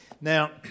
Now